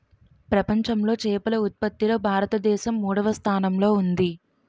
ప్రపంచంలో చేపల ఉత్పత్తిలో భారతదేశం మూడవ స్థానంలో ఉంది